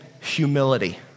humility